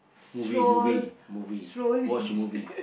movie movie movie watch movie